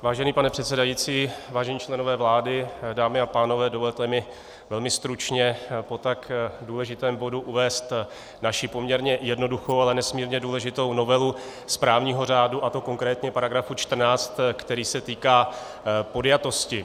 Vážený pane předsedající, vážení členové vlády, dámy a pánové, dovolte mi velmi stručně po tak důležitém bodu uvést naši poměrně jednoduchou, ale nesmírně důležitou novelu správního řádu, a to konkrétně § 14, který se týká podjatosti.